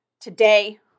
Today